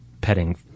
petting